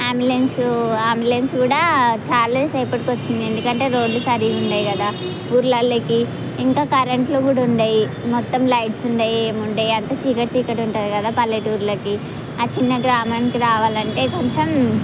ambulance ambulance కూడా చాలా సేపటికి వచ్చింది ఎందుకంటే రోడ్ సరిగా ఉండవు కదా ఊళ్ళలో ఇంకా కరెంట్లు కూడా ఉండవు మొత్తం లైట్స్ ఉండవు ఏం ఉండవు అంతా చీకటి చీకటి ఉంటుంది కదా పల్లెటూర్లకి ఆ చిన్న గ్రామానికి రావాలంటే కొంచెం